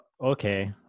Okay